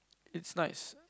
it's nice